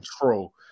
control